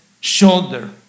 shoulder